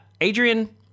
Adrian